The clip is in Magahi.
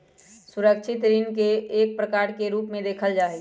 सुरक्षित ऋण के ऋण के एक प्रकार के रूप में देखल जा हई